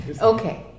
Okay